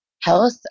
health